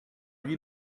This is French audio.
lui